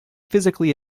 physically